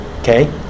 Okay